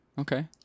okay